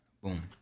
boom